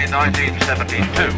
1972